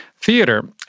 theater